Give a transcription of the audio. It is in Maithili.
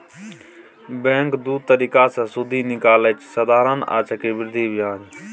बैंक दु तरीका सँ सुदि निकालय छै साधारण आ चक्रबृद्धि ब्याज